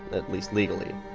at least legally.